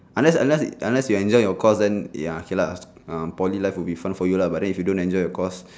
unless unless unless you enjoy your course then ya okay lah um poly life will be fun for you lah but then if you don't enjoy your course